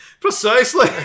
Precisely